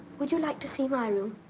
would you like to see my room?